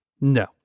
No